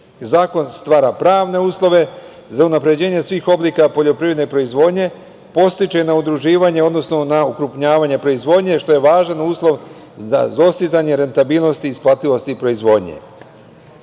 stvara pravne uslove za unapređenje svih oblika poljoprivredne proizvodnje, podstiče na udruživanje, odnosno na ukrupnjavanje proizvodnje što je važan uslov za dostizanje rentabilnosti i isplativosti proizvodnje. Verujemo